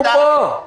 אנחנו פה, מוכנים.